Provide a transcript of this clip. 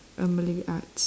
uh malay arts